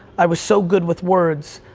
i was so good with words,